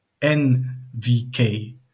NVK